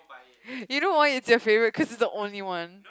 you know why it's your favourite cause it's the only one